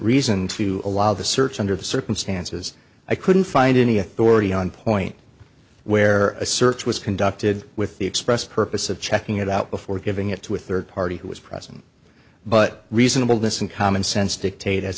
reason to allow the search under the circumstances i couldn't find any authority on point where a search was conducted with the express purpose of checking it out before giving it to a third party who was present but reasonable this in common sense dictate as